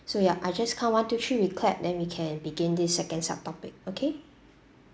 so ya I just count one two three we clap then we can begin this second sub topic okay